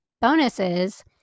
bonuses